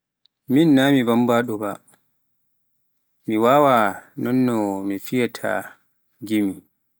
min na mi banbaaɗo ba, mi wawaa nonno un fiyaata gimi.